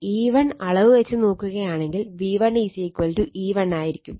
E1 അളവ് വെച്ച് നോക്കുകയാണെങ്കിൽ V1 E1 ആയിരിക്കും